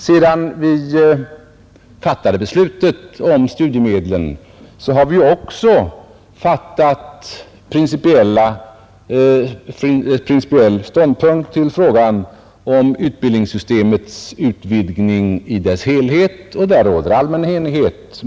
Sedan vi fattade beslutet om studiemedlen har vi också tagit principiell ståndpunkt till frågan om utbildningssystemets utvidgning i dess helhet, och där råder allmän enighet.